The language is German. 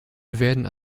werden